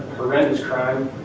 horrendous crime.